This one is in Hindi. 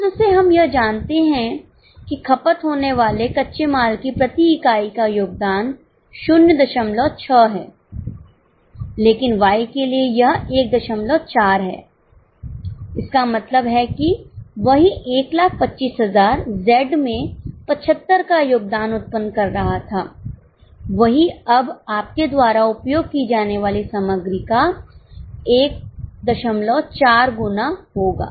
सूत्र से हम यह जानते हैं कि खपत होने वाले कच्चे माल की प्रति इकाई का योगदान 06 है लेकिन Y के लिए यह 14 है इसका मतलब है कि वही 1 25 000 Z में 75 का योगदान उत्पन्न कर रहा था वही अब आपके द्वारा उपयोग की जाने वाली सामग्री का 14 गुना होगा